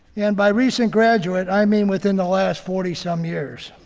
and by recent graduate, i mean within the last forty some years.